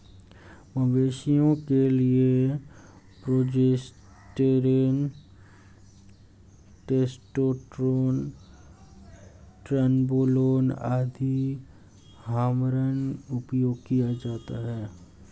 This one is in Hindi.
मवेशियों के लिए प्रोजेस्टेरोन, टेस्टोस्टेरोन, ट्रेनबोलोन आदि हार्मोन उपयोग किया जाता है